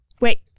wait